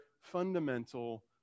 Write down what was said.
fundamental